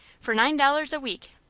for nine dollars a week.